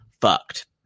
fucked